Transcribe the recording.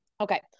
Okay